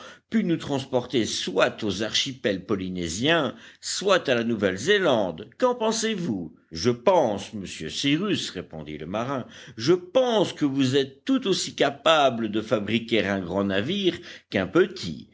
pût nous transporter soit aux archipels polynésiens soit à la nouvelle zélande qu'en pensez-vous je pense monsieur cyrus répondit le marin je pense que vous êtes tout aussi capable de fabriquer un grand navire qu'un petit